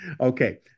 okay